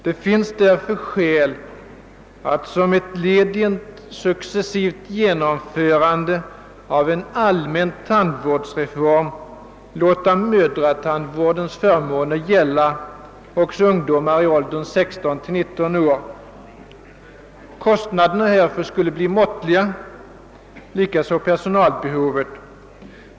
Det finns därför skäl att, som ett led i ett successivt genomförande av en allmän tandvårdsreform, låta mödratandvårdens förmåner gälla också ungdomar i åldrarna 16—19 år. Kostnaden härför skulle bli måttlig och likaså personalbehovet.